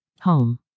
Home